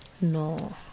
No